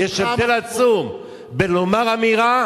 יש הבדל עצום בין לומר אמירה